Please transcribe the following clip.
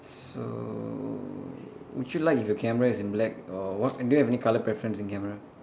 so would you like if your camera is in black or what do you have any colour preference in camera